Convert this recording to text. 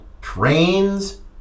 trains